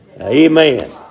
Amen